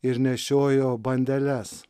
ir nešiojo bandeles